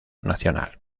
nacional